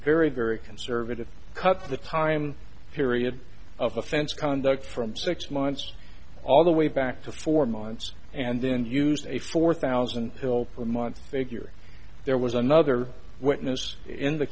very very conservative cut the time period of offense conduct from six months all the way back to four months and then use a four thousand fill a month figure there was another witness in the